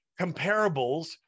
comparables